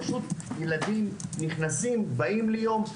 ילדים באים ליום.